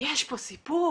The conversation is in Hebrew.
יש פה סיפור.